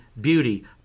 beauty